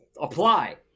Apply